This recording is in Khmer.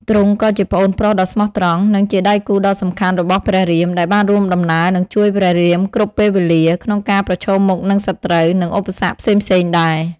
ទ្រង់ក៏ជាប្អូនប្រុសដ៏ស្មោះត្រង់ និងជាដៃគូដ៏សំខាន់របស់ព្រះរាម ដែលបានរួមដំណើរ និងជួយព្រះរាមគ្រប់ពេលវេលា ក្នុងការប្រឈមមុខនឹងសត្រូវ និងឧបសគ្គផ្សេងៗដែរ។